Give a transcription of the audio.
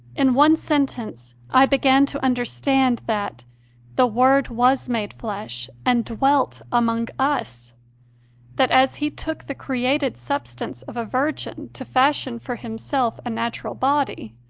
in one sentence, i began to understand that the word was made flesh and dwelt among us that as he took the created substance of a virgin to fashion for himself a natural body,